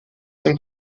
dem